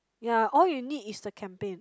ya all you need is the campaign